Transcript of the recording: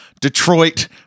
Detroit